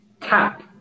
tap